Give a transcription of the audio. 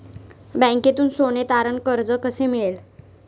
बँकेतून सोने तारण कर्ज कसे मिळेल?